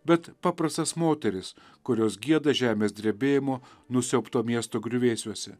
bet paprastas moteris kurios gieda žemės drebėjimo nusiaubto miesto griuvėsiuose